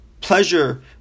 pleasure